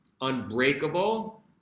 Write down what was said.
unbreakable